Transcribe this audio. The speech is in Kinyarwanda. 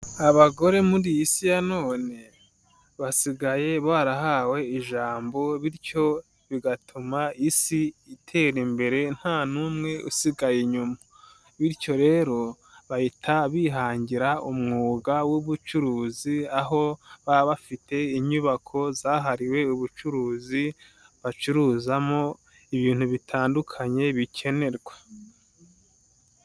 Abagore muri iyi si ya none, basigaye barahawe ijambo bityo bigatuma isi itera imbere ntanumwe usigaye inyuma. Bityo rero bahita bihangira umwuga w'ubucuruzi, aho baba bafite inyubako zahariwe ubucuruzi bacuruzamo ibintu bitandukanye bikenerwa.